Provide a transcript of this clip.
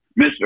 Mr